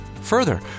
Further